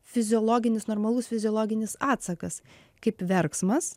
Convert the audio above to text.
fiziologinis normalus fiziologinis atsakas kaip verksmas